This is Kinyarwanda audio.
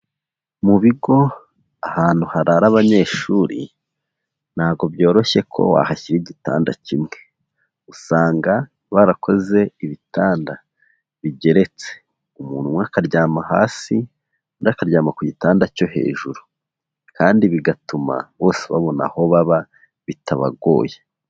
Mu bigo ahantu harara abanyeshuri ntago byoroshye ko wahashyira igitanda kimwe, usanga barakoze ibitanda bigeretse umuntu umwe akaryama hasi, undi akaryama ku gitanda cyo hejuru kandi bigatuma bose babona aho baba bitabagoye.